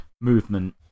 movement